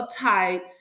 uptight